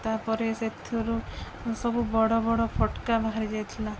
ତା'ପରେ ସେଥିରୁ ସବୁ ବଡ଼ ବଡ଼ ଫୋଟକା ବାହାରି ଯାଇଥିଲା